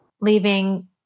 leaving